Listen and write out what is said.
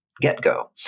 get-go